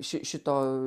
ši šito